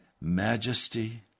majesty